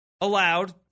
allowed